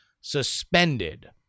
suspended